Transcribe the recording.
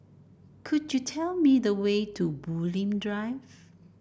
could you tell me the way to Bulim Drive